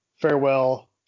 farewell